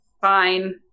Fine